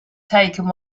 taken